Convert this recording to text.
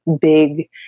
big